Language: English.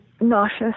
nauseous